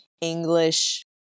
English